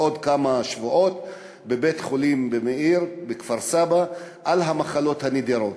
בעוד כמה שבועות בבית-חולים מאיר בכפר-סבא על המחלות הנדירות.